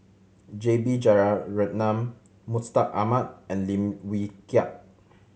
J B Jeyaretnam Mustaq Ahmad and Lim Wee Kiak